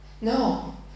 No